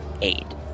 aid